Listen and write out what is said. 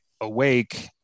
awake